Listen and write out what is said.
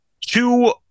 two